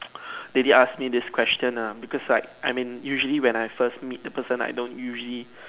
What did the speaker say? they did ask me this question ah because like I mean usually when I first meet a person I don't usually